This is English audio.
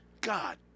God